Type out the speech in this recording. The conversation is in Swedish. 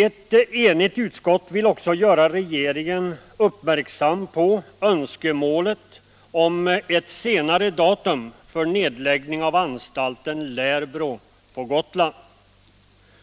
Ett enigt utskott vill också göra regeringen uppmärksam på önskemålet om ett senare datum för nedläggning av anstalten Lärbro på Gotland.